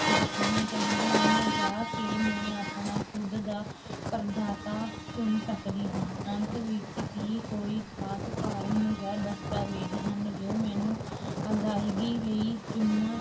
ਵਰਤਨੀਆਂ ਚਾਹੀਦੀਆਂ ਹਨ ਜਾਂ ਕਿ ਮੈਂ ਆਪਣਾ ਖੁਦ ਦਾ ਪਰਦਾਤਾ ਚੁਣ ਸਕਦੀ ਹਾਂ ਅੰਤ ਵਿੱਚ ਕੀ ਕੋਈ ਖ਼ਾਸ ਫਾਰਮ ਜਾਂ ਦਸਤਾਵੇਜ਼ ਹਨ ਜੋ ਮੈਨੂੰ ਅਦਾਇਗੀ ਲਈ ਜਮ੍ਹਾਂ